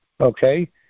okay